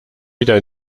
wieder